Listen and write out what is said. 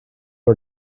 are